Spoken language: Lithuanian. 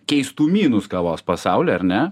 keistumynus kavos pasauly ar ne